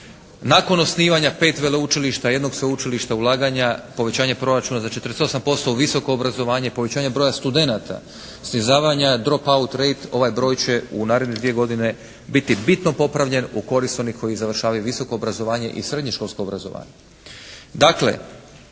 Nakon osnivanja 5 veleučilišta, jednog sveučilišta, ulaganja, povećanje proračuna za 48% u visoko obrazovanje, povećanje broja studenata, snizavanja … /Govornik se ne razumije./ … ovaj broj će u naredne dvije godine biti bitno popravljen u korist onih koji završavaju visoko obrazovanje i srednješkolsko obrazovanje.